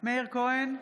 מאיר כהן,